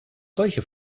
solche